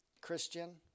Christian